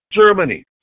Germany